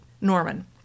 Norman